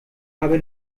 habe